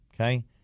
okay